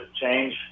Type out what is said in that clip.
change